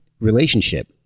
relationship